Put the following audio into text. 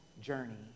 journey